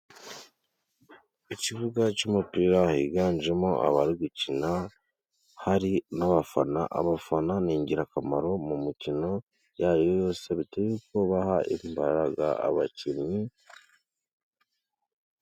Mu kibuga cy'umupira higanjemo abari gukina hari n'abafana, abafana ni ingirakamaro mu mukino iyo ariyo yose, bitewe n'uko baha imbaraga abakinnyi.